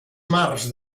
mars